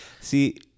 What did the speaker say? See